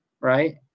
right